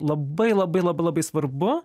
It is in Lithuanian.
labai labai labai labai svarbu